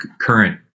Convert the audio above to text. current